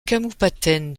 kabupaten